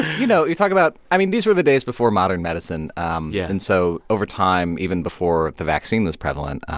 you know, you talk about i mean, these were the days before modern medicine um yeah and so over time, even before the vaccine was prevalent,